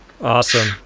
Awesome